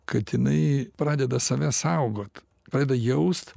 kad jinai pradeda save saugot pradeda jaust